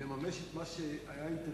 מפני שב-1 יש פינה אחת,